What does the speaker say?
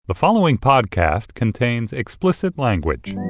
the following podcast contains explicit language